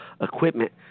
equipment